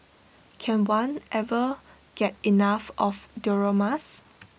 can one ever get enough of dioramas